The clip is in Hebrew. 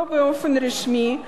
לא באופן רשמי,